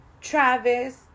Travis